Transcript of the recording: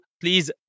please